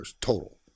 total